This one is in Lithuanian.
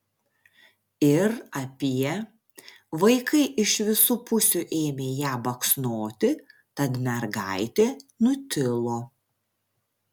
ir apie vaikai iš visų pusių ėmė ją baksnoti tad mergaitė nutilo